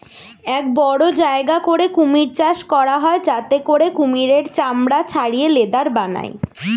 এক বড় জায়গা করে কুমির চাষ করা হয় যাতে করে কুমিরের চামড়া ছাড়িয়ে লেদার বানায়